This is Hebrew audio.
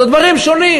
אז הדברים שונים.